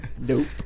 Nope